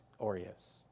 Oreos